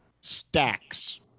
Stacks